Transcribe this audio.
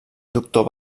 doctor